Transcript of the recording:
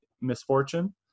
misfortune